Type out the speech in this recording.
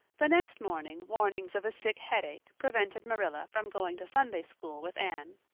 the next morning warnings of a sick headache prevented marilla from going to sunday-school with anne.